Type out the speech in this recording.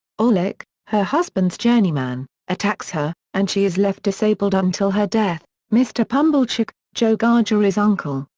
orlick, her husband's journeyman, attacks her, and she is left disabled until her death. mr. pumblechook, joe gargery's uncle,